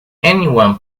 anyone